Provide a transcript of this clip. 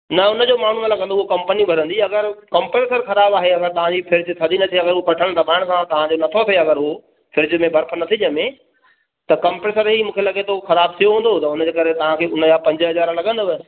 न उनजो माल न लॻंदो उहा कंपनी भरंदी अगरि कंप्रेसर ख़राब आहे अगरि तहांजी फिरिज थदी न थिए उहो बटण दॿाइण सां तव्हांजो थो थिए अगरि हूअ फ्रिज में बर्फ न थी ॼमें त कंप्रेसर ई मूंखे लॻे थो ख़राब थियो हूंदो त उनजे करे तव्हांखे उनजा पंज हज़ार लॻंदव